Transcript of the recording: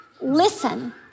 listen